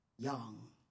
Young